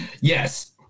yes